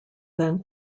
then